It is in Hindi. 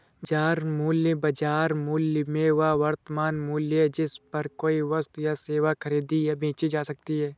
बाजार मूल्य, बाजार मूल्य में वह वर्तमान मूल्य है जिस पर कोई वस्तु या सेवा खरीदी या बेची जा सकती है